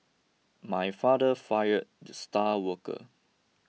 my father fired the star worker